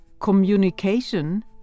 Communication